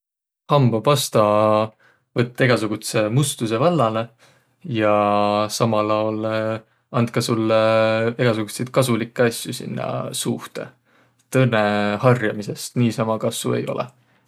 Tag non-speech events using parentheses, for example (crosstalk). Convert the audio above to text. Hambapasta võtt egäsugudsõ mustusõ vallalõ ja samal aol (hesitation) and ka sullõ egäsugutsit kasulikkõ asjo sinnäq suuhtõ. Et õnnõ harjamisõst niisama kassu ei olõq.